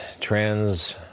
trans